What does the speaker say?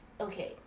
Okay